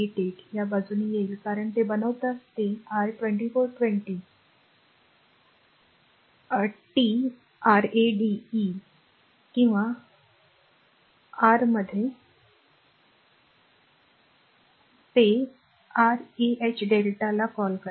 888 या बाजूला येईल कारण ते बनवताच ते r 24 20 tRade किंवा r मध्ये r मध्ये काय कॉल करेल ते r ah Δ ला कॉल करेल